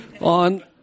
on